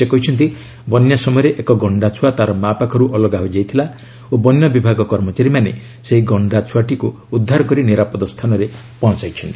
ସେ କହିଛନ୍ତି ବନ୍ୟା ସମୟରେ ଏକ ଗଣ୍ଡା ଛୁଆ ତାର ମା' ପାଖରୁ ଅଲଗା ହୋଇଯାଇଥିଲା ଓ ବନ୍ୟ ବିଭାଗ କର୍ମଚାରୀମାନେ ସେହି ଗଣ୍ଡା ଛୁଆଟିକୁ ଉଦ୍ଧାର କରି ନିରାପଦ ସ୍ଥାନରେ ପହଞ୍ଚାଇଛନ୍ତି